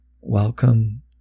Welcome